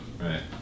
Right